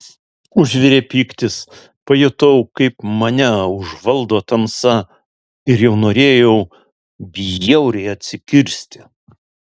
užvirė pyktis pajutau kaip mane užvaldo tamsa ir jau norėjau bjauriai atsikirsti